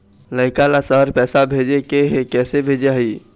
लइका ला शहर पैसा भेजें के हे, किसे भेजाही